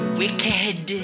wicked